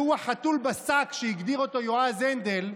שהוא החתול בשק שהגדיר אותו יועז הנדל,